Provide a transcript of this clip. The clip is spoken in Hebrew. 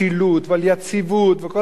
על יציבות וכל הדברים האלה,